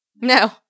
No